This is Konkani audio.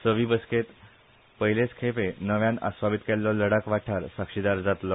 सवी बसकेन पयलेच खेप नव्यान आस्पावित केल्लो लडाख वाठार साक्षीदार जातलो